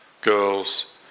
girls